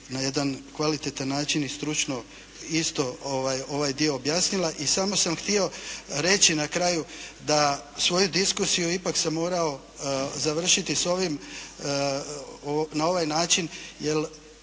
na jedan kvalitetan način i stručno isto ovaj dio objasnila. Samo sam htio reći na kraju, da svoju diskusiju ipak sam morao završiti na ovaj način, jer